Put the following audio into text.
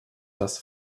das